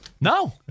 No